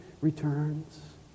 returns